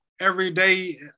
everyday